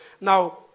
Now